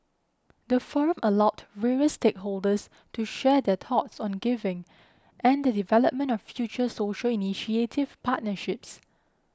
the forum allowed various stakeholders to share their thoughts on giving and the development of future social initiative partnerships